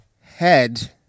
head